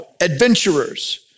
adventurers